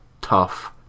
tough